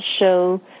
show